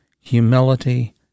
humility